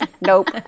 Nope